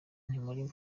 ntimuri